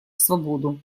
свободу